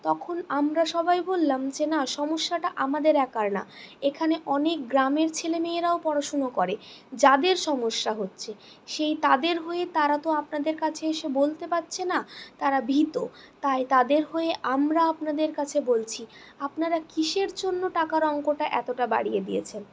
তখন আমরা সবাই বললাম যে না সমস্যাটা আমাদের একার না এখানে অনেক গ্রামের ছেলেমেয়েরাও পড়াশুনো করে যাদের সমস্যা হচ্ছে সেই তাদের হয়ে তারা তো আপনাদের কাছে এসে বলতে পারছে না তারা ভীত তাই তাদের হয়ে আমরা আপনাদের কাছে বলছি আপনারা কিসের জন্য টাকার অংকটা এতটা বাড়িয়ে দিয়েছেন